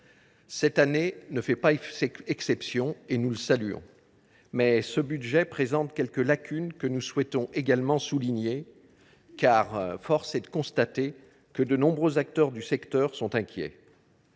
Cette année ne fait pas exception et nous le saluons. Toutefois, ce budget présente quelques lacunes que nous souhaitons également souligner, car force est de constater que nombre d’acteurs du secteur sont inquiets.